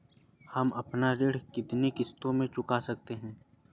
हम अपना ऋण कितनी किश्तों में चुका सकते हैं?